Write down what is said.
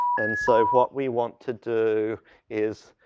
and so what we want to do is